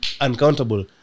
uncountable